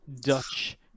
Dutch